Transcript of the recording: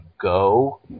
Go